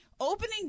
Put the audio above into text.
Opening